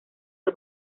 del